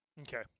Okay